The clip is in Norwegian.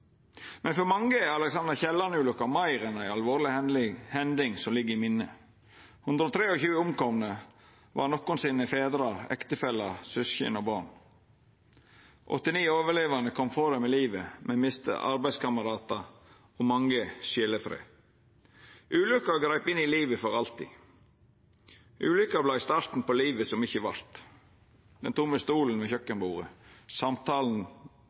Men for mange er Alexander Kielland-ulukka meir enn ei alvorleg hending som ligg i minnet. Dei 123 omkomne var nokon sine fedrar, ektefellar, søsken og barn. Dei 89 overlevande kom frå det med livet, men mista arbeidskameratar, og mange mista sjelefreda. Ulukka greip inn i livet for alltid. Ulukka vart starten på livet som ikkje vart – den tomme stolen ved kjøkkenbordet, samtalen